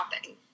shopping